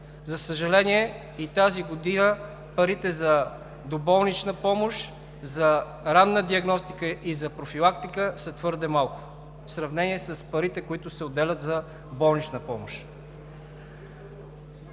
За съжаление, и тази година парите за доболнична помощ, за ранна диагностика и за профилактика са твърде малко в сравнение с парите, които се отделят за болнична помощ.